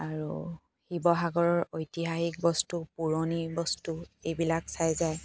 আৰু শিৱহাগৰৰ ঐতিহাসিক বস্তু পুৰণি বস্তু এইবিলাক চাই যায়